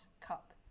cup